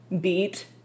beat